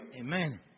Amen